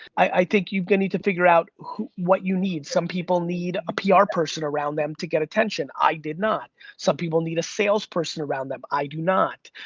i think you're gonna need to figure out what you need. some people need a pr person around them to get attention. i did not. some people need a sales person around them, i do not.